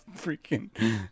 freaking